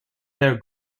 their